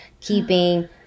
keeping